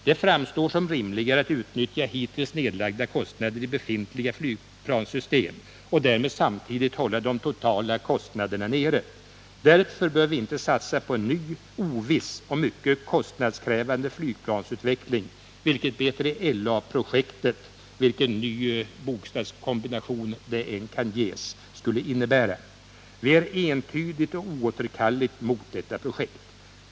Det framstår som rimligare att utnyttja hittills nedlagda kostnader i befintliga flygplanssystem och därmed samtidigt hålla de totala kostnaderna nere. Därför bör vi inte satsa på en ny, oviss och mycket kostnadskrävande flygplansutveckling, vilket B3LA-projektet — vilken ny bokstavskombination det än skulle ges — innebär. Vi är entydigt och oåterkalleligt emot detta projekt.